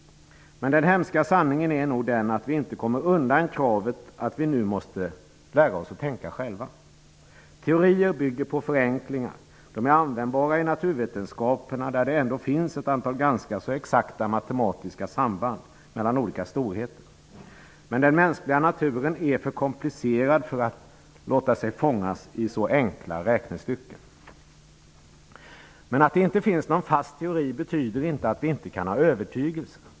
Men den hemska sanningen är nog den att vi inte kommer undan kravet att vi nu måste tänka själva. Teorier bygger på förenklingar. De är användbara i naturvetenskaperna där det ändå finns ett antal ganska så exakta matematiska samband mellan olika storheter. Men den mänskliga naturen är för komplicerad för att låta sig fångas i så enkla räknestycken. Men att det inte finns någon fast teori betyder inte att vi inte kan ha övertygelser.